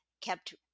kept